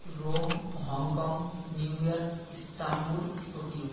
Rome Hong Kong New York Istanbul Tokyo